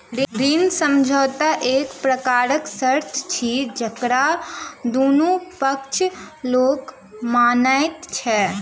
ऋण समझौता एक प्रकारक शर्त अछि जकरा दुनू पक्षक लोक मानैत छै